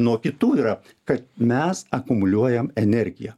nuo kitų yra kad mes akumuliuojam energiją